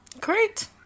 Great